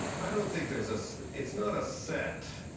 i don't think there's it's not a set,